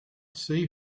see